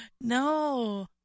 No